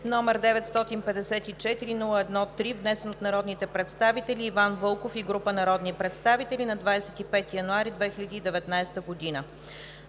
№ 954-01-3, внесен от народния представител Иван Вълков и група народни представители на 25 януари 2019 г.